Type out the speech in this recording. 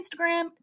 Instagram